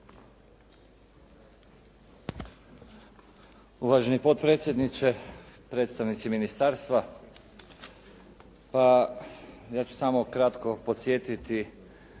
Uvaženi potpredsjedniče, predstavnici ministarstva pa ja ću samo kratko podsjetiti